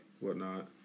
whatnot